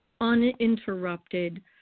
uninterrupted